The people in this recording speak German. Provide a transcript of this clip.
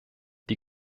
die